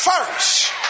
first